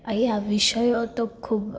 અહીંયા વિષયો તો ખૂબ